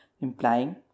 implying